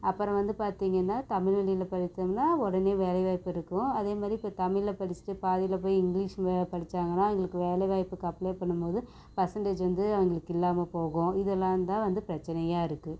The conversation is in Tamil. அப்புறம் வந்து பார்த்திங்கன்னா தமிழ்வழியில் படிச்சோம்னால் உடனே வேலைவாய்ப்பு இருக்கும் அதே மாதிரி இப்போ தமிழ்ல படிச்சிட்டு பாதியில போய் இங்கிலிஷ் படிச்சாங்கன்னா அவங்களுக்கு வேலைவாய்ப்புக்கு அப்ளே பண்ணும் போது பெர்செண்டேஜ் வந்து அவங்களுக்கு இல்லாமல் போகும் இதெல்லாம் தான் வந்து பிரச்சனையாக இருக்குது